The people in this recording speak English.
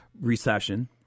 recession